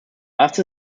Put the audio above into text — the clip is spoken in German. erste